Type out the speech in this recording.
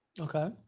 Okay